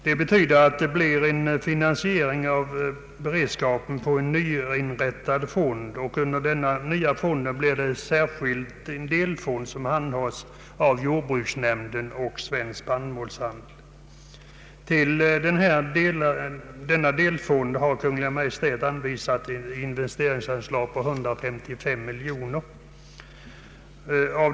Det betyder att beredskapslagringen kommer att finansieras från en nyinrättad fond, och under denna nya fond kommer en särskild delfond att handhas av jordbruksnämnden och Svensk spannmålshandel. Till denna delfond har Kungl. Maj:t anvisat ett investeringsanslag på 155 miljoner kronor.